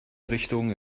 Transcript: richtungen